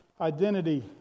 identity